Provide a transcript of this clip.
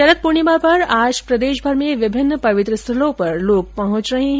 शरद पूर्णिमा पर आज प्रदेशभर में विभिन्न पवित्र स्थानों पर लोग पहुंच रहे है